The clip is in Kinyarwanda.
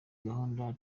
gahunda